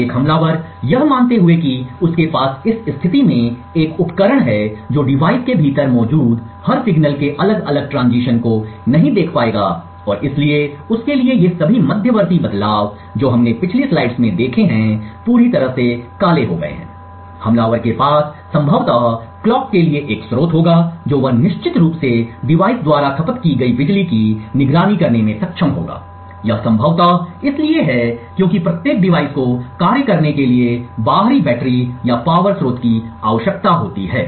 एक हमलावर यह मानते हुए कि उसके पास इस स्थिति में एक उपकरण है जो डिवाइस के भीतर मौजूद हर सिग्नल के अलग अलग ट्रांजिशनस को नहीं देख पाएगा और इसलिए उसके लिए ये सभी मध्यवर्ती बदलाव जो हमने पिछली स्लाइड में देखे हैं पूरी तरह से काला हो गया है हमलावर के पास संभवतः कलॉक के लिए एक स्रोत होगा जो वह निश्चित रूप से डिवाइस द्वारा खपत की गई बिजली की निगरानी करने में सक्षम होगा यह संभवतः इसलिए है क्योंकि प्रत्येक डिवाइस को कार्य करने के लिए बाहरी बैटरी या पावर स्रोत की आवश्यकता होती है